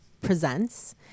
Presents